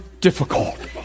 difficult